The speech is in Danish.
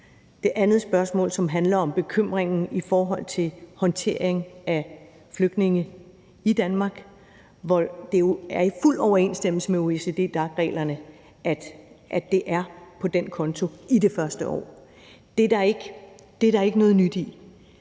det andet spørgsmål, som handler om bekymringen i forhold til håndtering af flygtninge i Danmark, så er det jo i fuld overensstemmelse med OECD/DAC-reglerne, at det bliver taget fra den konto i det første år. Det er der ikke noget nyt i.